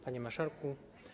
Panie Marszałku!